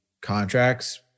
contracts